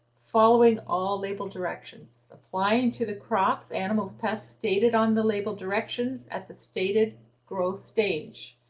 following all label directions, applying to the crops, animals, pests stated on the label directions at the stated growth stage.